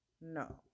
No